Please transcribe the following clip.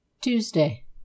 tuesday